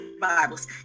Bibles